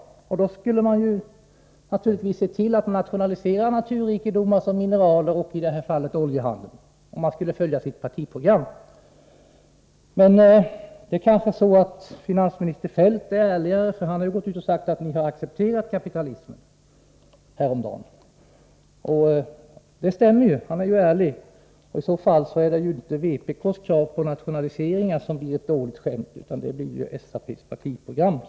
Om man följde sitt partiprogram skulle man naturligtvis nationalisera naturrikedomar som mineraler och i detta fall oljehandeln. Men finansminister Feldt kanske är ärligare. Han har gått ut och sagt att ni har accepterat kapitalismen. Det stämmer ju. Han är ärlig. I så fall är det inte vpk:s krav på nationaliseringar som är ett dåligt skämt, utan det är SAP:s partiprogram.